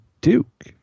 Duke